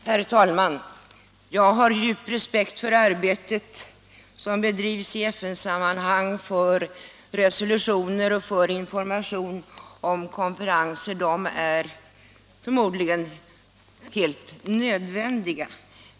Herr talman! Jag har djup respekt för det arbete som bedrivs i FN sammanhang för att åstadkomma resolutioner och för information om konferenser. De är förmodligen helt nödvändiga.